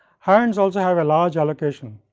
hands also have a large allocation,